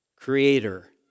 creator